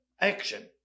Action